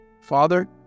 father